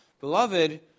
Beloved